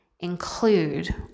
include